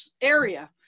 area